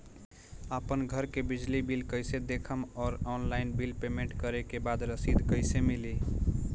आपन घर के बिजली बिल कईसे देखम् और ऑनलाइन बिल पेमेंट करे के बाद रसीद कईसे मिली?